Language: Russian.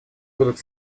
будут